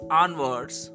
onwards